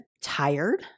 tired